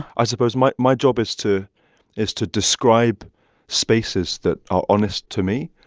i suppose my my job is to is to describe spaces that are honest to me.